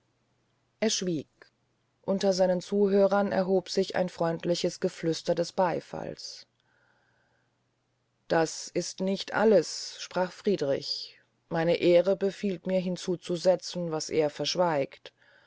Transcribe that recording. er schwieg unter seinen zuhörern erhob sich ein freundliches geflüster des beyfalls das ist nicht alles sprach friedrich meine ehre befiehlt mir hinzu zu setzen was er verschweigt